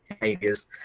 behaviors